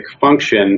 function